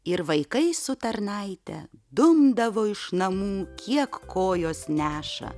ir vaikai su tarnaite dumdavo iš namų kiek kojos neša